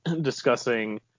discussing